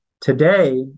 Today